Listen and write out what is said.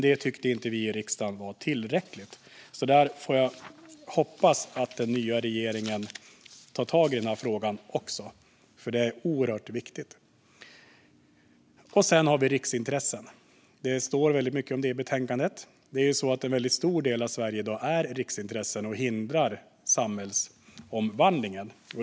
Det tyckte inte vi i riksdagen var tillräckligt. Jag får hoppas att den nya regeringen tar tag i den här frågan också, för den är oerhört viktig. Riksintressen står det väldigt mycket om i betänkandet. En väldigt stor del av Sverige utgörs i dag av riksintressen, vilket hindrar samhällsomvandlingen.